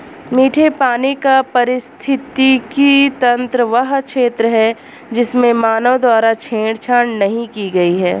मीठे पानी का पारिस्थितिकी तंत्र वह क्षेत्र है जिसमें मानव द्वारा छेड़छाड़ नहीं की गई है